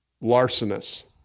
larcenous